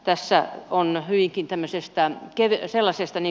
tässä on riikintämisestään kevyestä lasistani